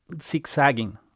zigzagging